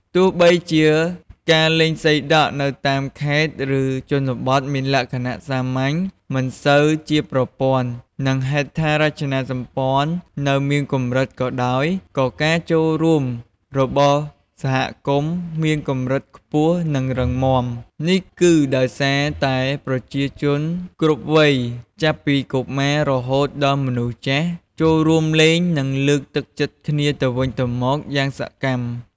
ទោះបីជាការលេងសីដក់នៅតាមខេត្ត ឬជនបទមានលក្ខណៈសាមញ្ញ មិនសូវជាប្រព័ន្ធ និងហេដ្ឋារចនាសម្ព័ន្ធនៅមានកម្រិតក៏ដោយ ក៏ការចូលរួមរបស់សហគមន៍មានកម្រិតខ្ពស់ និងរឹងមាំ។ នេះគឺដោយសារតែប្រជាជនគ្រប់វ័យ ចាប់ពីកុមារ រហូតដល់មនុស្សចាស់ ចូលរួមលេងនិងលើកទឹកចិត្តគ្នាទៅវិញទៅមកយ៉ាងសកម្ម។